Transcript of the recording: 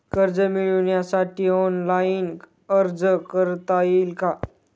कर्ज मिळविण्यासाठी ऑनलाइन अर्ज करता येईल का?